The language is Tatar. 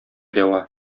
дәва